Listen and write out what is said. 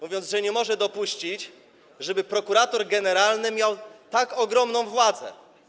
Mówił, że nie może dopuścić, żeby prokurator generalny miał tak ogromną władzę.